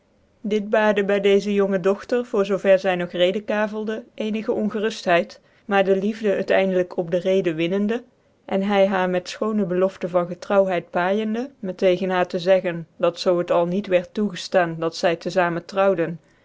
dit baarde by deze jonge dochter voor zoo verre zy nog rcdenkavcldc eenigc öngcruftheid maar de liefde het eindelijk op de reden winnende en hy haar met fchoonc belofte van getrouwheid paaijende met tegen haar te zeggen dat zoo het al niet wiert tocgefban dat zy tc famen trouwde